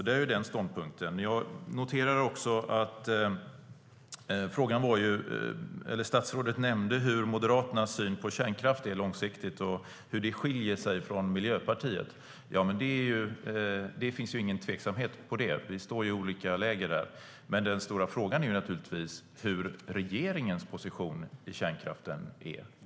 Det är den ståndpunkten. Jag noterar att statsrådet nämnde Moderaternas syn på kärnkraften långsiktigt och hur den skiljer sig från Miljöpartiets syn. Det finns ingen tvekan om det. Vi står i olika läger där. Men den stora frågan är hur regeringens position är om kärnkraften.